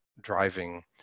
driving